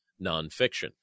nonfiction